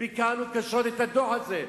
וביקרנו קשות את הדוח הזה.